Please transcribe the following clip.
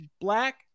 black